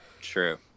True